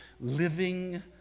living